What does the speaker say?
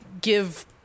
give